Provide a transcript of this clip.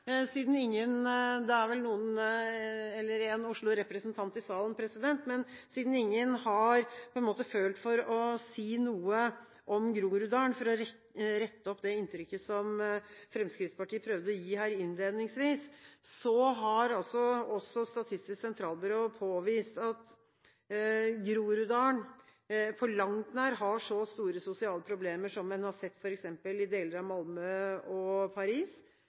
siden ingen har følt for å si noe om Groruddalen for å rette opp det inntrykket som Fremskrittspartiet prøvde å gi her innledningsvis, vil jeg si at Statistisk sentralbyrå har påvist at Groruddalen på langt nær har så store sosiale problemer som en har sett i f.eks. deler av Malmø og Paris.